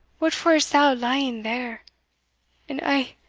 what for is thou lying there and ah!